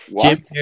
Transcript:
Jim